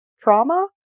trauma